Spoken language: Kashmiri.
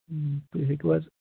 تُہۍ ہٮ۪کِوٕ حظ